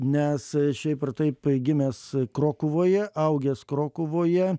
nes šiaip ar taip gimęs krokuvoje augęs krokuvoje